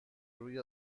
روی